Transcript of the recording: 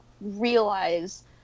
realize